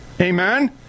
Amen